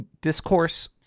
Discourse